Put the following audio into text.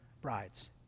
brides